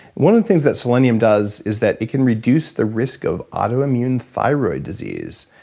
one of the things that selenium does is that it can reduce the risk of autoimmune thyroid disease,